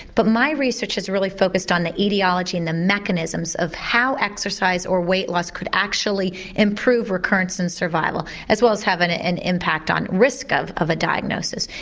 but my research is really focussed on the aetiology and the mechanisms of how exercise or weight loss could actually improve recurrence and survival as well as have an an impact on risk of of a diagnosis.